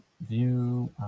view